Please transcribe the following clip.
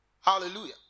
hallelujah